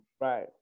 right